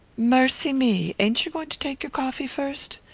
mercy me! ain't you going to take your coffee first?